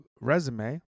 resume